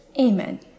Amen